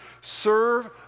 Serve